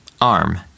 arm